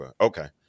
Okay